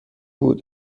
بود